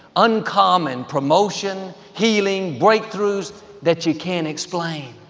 uncommon promotion, healing, breakthroughs that you can't explain.